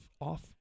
off